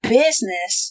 business